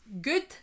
Good